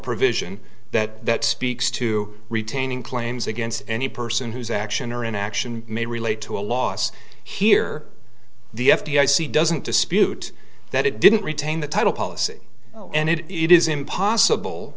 provision that speaks to retaining claims against any person whose action or inaction may relate to a loss here the f d i c doesn't dispute that it didn't retain the title policy and it is impossible